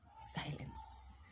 Silence